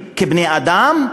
כבני-אדם,